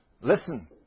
listen